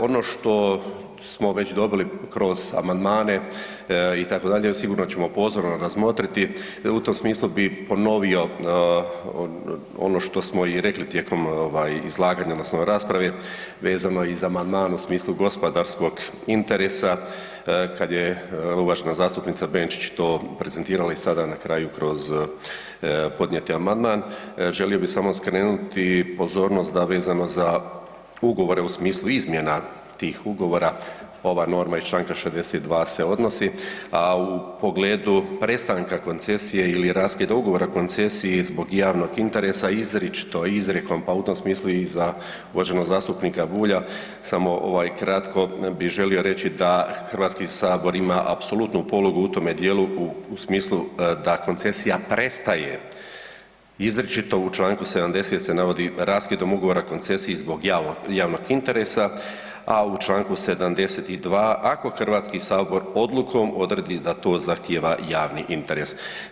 Ono što smo već dobili kroz amandmane itd. sigurno ćemo pozorno razmotriti, u tom smislu bi ponovio ono što smo i rekli tijekom ovaj izlaganja odnosno rasprave vezano i za amandman u smislu gospodarskog interesa kad uvažena zastupnica Benčić to prezentirala i sada na kraju kroz podnijeti amandman, želio bi samo skrenuti pozornost da vezano za ugovore u smislu izmjena tih ugovora ova norma iz Članka 62. se odnosi, a u pogledu prestanka koncesije ili raskida ugovora koncesije i zbog javnog interesa izričito izrijekom pa u tom smislu i za uvaženog zastupnika Bulja samo ovaj kratko bi želio reći da Hrvatski sabor ima apsolutnu polugu u tome dijelu u smislu da koncesija prestaje izričito u Članku 70. se navodi raskidom ugovora o koncesiji zbog javnog interesa, a u Članku 72. ako Hrvatski sabor odlukom odredi da to zahtjeva javni interes.